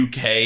uk